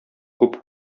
күп